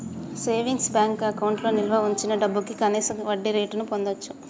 savings bank అకౌంట్లో నిల్వ వుంచిన డబ్భుకి కనీస వడ్డీరేటును పొందచ్చు